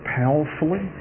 powerfully